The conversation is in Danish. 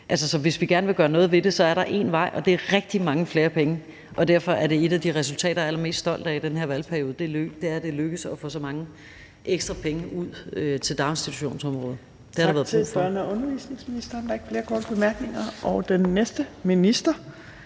hvis vi gerne vil gøre noget ved det, er der én vej, og det er rigtig mange flere penge. Derfor er et af de resultater, jeg er allermest stolt af i den her valgperiode, at det er lykkedes at få så mange ekstra penge ud til daginstitutionsområdet.